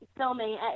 filming